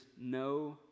no